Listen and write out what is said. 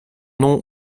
nom